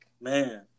man